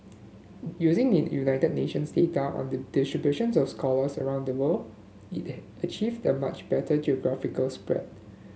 using in United Nations data on the distributions of scholars around the world it achieved a much better geographical spread